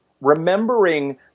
remembering